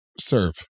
serve